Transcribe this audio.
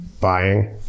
buying